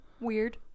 weird